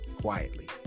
quietly